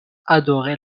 adorait